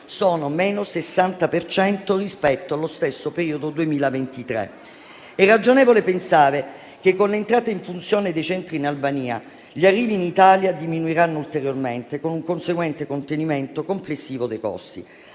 in meno rispetto allo stesso periodo del 2023. È ragionevole pensare che con l'entrata in funzione dei centri in Albania gli arrivi in Italia diminuiranno ulteriormente, con un conseguente contenimento complessivo dei costi.